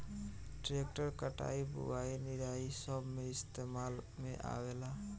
tractor कटाई, बुवाई, निराई सब मे इस्तेमाल में आवेला